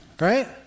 Right